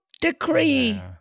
decree